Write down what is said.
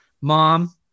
mom